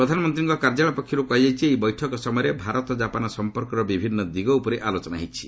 ପ୍ରଧାନମନ୍ତ୍ରୀଙ୍କ କାର୍ଯ୍ୟାଳୟ ପକ୍ଷରୁ କୁହାଯାଇଛି ଏହି ବୈଠକ ସମୟରେ ଭାରତ ଜାପାନ ସମ୍ପର୍କର ବିଭିନ୍ନ ଦିଗ ଉପରେ ଆଲୋଚନା ହୋଇଛି